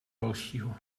dalšího